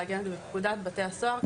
לעגן את זה בפקודת נציבות בתי הסוהר,